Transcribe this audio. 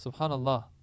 Subhanallah